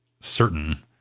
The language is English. certain